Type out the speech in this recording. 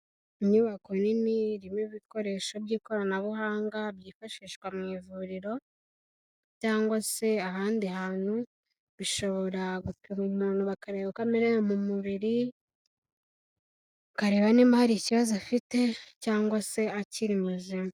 Inyubako nini irimo ibikoresho by'ikoranabuhanga byifashishwa mu ivuriro cyangwa se ahandi hantu, bishobora gupima umuntu bakareba uko amerewe mu mubiri, bakareba niba hari ikibazo afite cyangwa se akiri muzima.